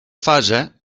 fase